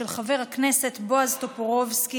של חבר הכנסת בועז טופורובסקי.